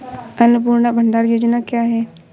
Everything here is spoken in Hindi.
अन्नपूर्णा भंडार योजना क्या है?